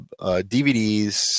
DVDs